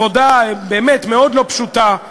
עבודה באמת מאוד לא פשוטה.